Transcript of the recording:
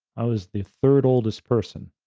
i was the third oldest person.